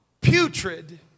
putrid